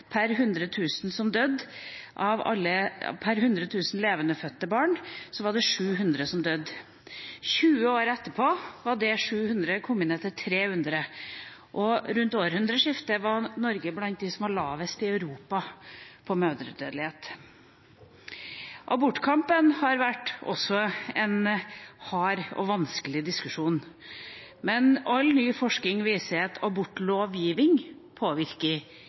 per 100 000 levendefødte barn som døde, var tallet 700 20 år etterpå kommet ned til 300. Rundt århundreskiftet var Norge blant dem i Europa som hadde lavest mødredødelighet. Også abortkampen har vært en hard og vanskelig diskusjon, men all ny forskning viser at abortlovgivning ikke påvirker